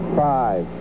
five